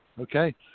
okay